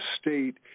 state